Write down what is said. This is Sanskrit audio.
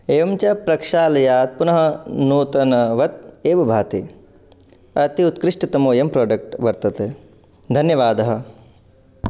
एवञ्च प्रक्षालनात् पुनः नूतनवत् एव भाति अति उत्कृष्टतमोयं प्रोडक्ट् वर्तते धन्यवादः